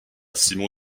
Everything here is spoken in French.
simon